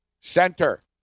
Center